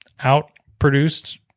outproduced